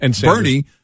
Bernie